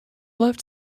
left